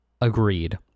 Agreed